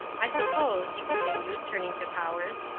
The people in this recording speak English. i suppose, he continued, turning to powers,